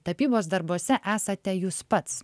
tapybos darbuose esate jūs pats